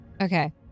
Okay